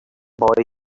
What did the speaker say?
boy